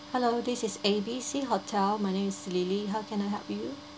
hello this is A B C hotel my name is lily how can I help you